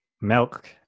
Milk